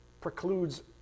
precludes